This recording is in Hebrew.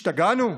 השתגענו?